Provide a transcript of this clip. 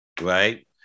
right